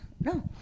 No